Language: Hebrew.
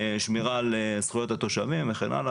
שמירה על זכויות התושבים וכן הלאה,